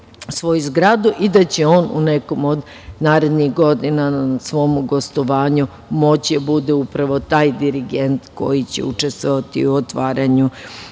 svoju zgradu i da će on u nekom od narednih godina na svom gostovanju moći da bude upravo taj dirigent koji će učestvovati otvaranju